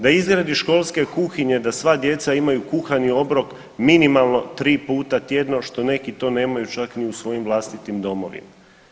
Da izradi školske kuhinje da sva djeca imaju kuhani obrok minimalno 3 puta tjedno što neki to nemaju čak ni u svojim vlastitim domovima.